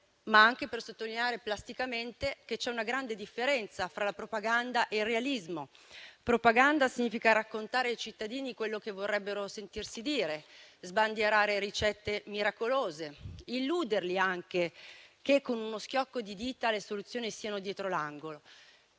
ma anche per sottolineare plasticamente che c'è una grande differenza fra la propaganda e il realismo. Propaganda significa raccontare ai cittadini quello che vorrebbero sentirsi dire; sbandierare ricette miracolose; illuderli anche che, con uno schiocco di dita, le soluzioni siano dietro l'angolo: